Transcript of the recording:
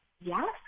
yes